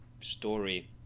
story